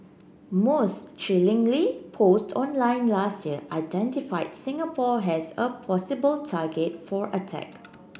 most chillingly posts online last year identified Singapore as a possible target for attack